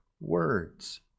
words